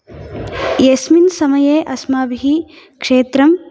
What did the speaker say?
यस्मिन् समये अस्माभिः क्षेत्रं